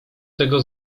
tego